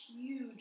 huge